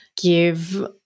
give